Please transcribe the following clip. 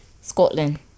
Scotland